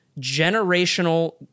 generational –